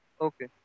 Okay